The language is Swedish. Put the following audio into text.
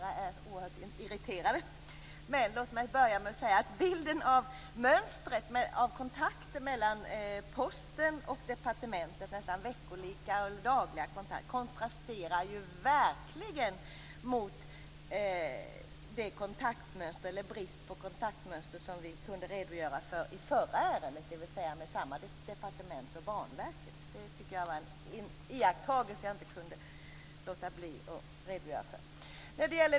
Herr talman! Bilden av mönstret av kontakter mellan Posten och departementet nästan varje vecka eller dag kontrasterar verkligen mot den brist på kontaktmönster som vi kunde redogöra för i samband med förra ärendet - samma departement och Banverket. Den iakktagelsen kunde jag inte låta bli att redogöra för.